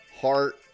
heart